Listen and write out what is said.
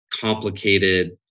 complicated